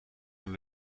naar